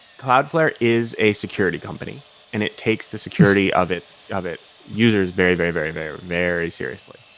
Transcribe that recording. cloudflare is a security company and it takes the security of its of its users very, very, very, very, very seriously,